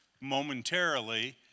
momentarily